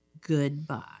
goodbye